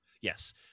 Yes